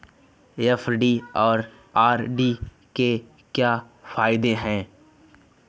FD और RD के क्या फायदे हैं?